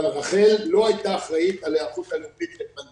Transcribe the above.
אבל רח"ל לא היתה אחראית על היערכות --- לפנדמיה.